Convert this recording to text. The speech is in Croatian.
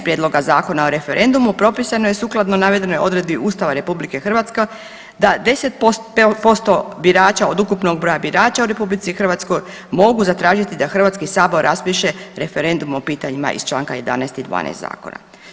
Prijedloga zakona o referendumu propisano je sukladno navedenoj odredbi Ustava RH da 10% birača od ukupnog broja birača u RH mogu zatražiti da HS raspiše referendum o pitanjima iz čl. 11. i 12. zakona.